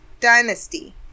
dynasty